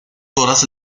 todas